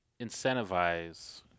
incentivize